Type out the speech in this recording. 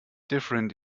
different